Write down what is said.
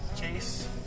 Chase